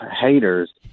haters